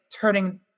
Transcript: turning